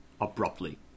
abruptly